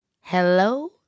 Hello